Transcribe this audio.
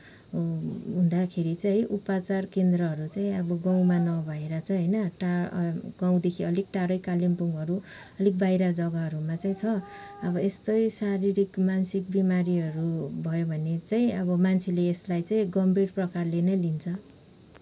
हुँदाखेरि चाहिँ उपचार केन्द्रहरू चाहिँ अब गाउँमा नभएर चाहिँ होइन टा गाउँदेखि अलिक टाढै कालिम्पोङहरू अलिक बाहिर जग्गाहरूमा चाहिँ छ अब यस्तै शारीरिक मानसिक बिमारीहरू भयो भने चाहिँ अब मान्छेले यसलाई चाहिँ गम्भीर प्रकारले नै लिन्छ